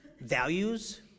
values